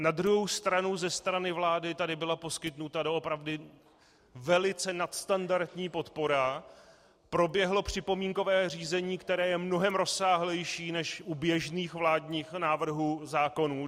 Na druhou stranu ze strany vlády tady byla poskytnuta opravdu velice nadstandardní podpora, proběhlo připomínkové řízení, které je mnohem rozsáhlejší než u běžných vládních návrhů zákonů.